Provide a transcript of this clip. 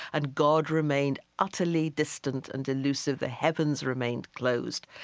and god remained utterly distant and elusive. the heavens remained closed.